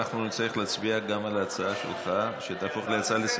נאמר כך: "הזכות לחינוך היא